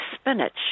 spinach